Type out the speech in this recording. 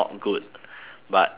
but say